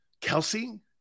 Kelsey